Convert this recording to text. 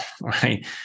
right